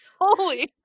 holy